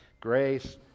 grace